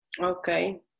Okay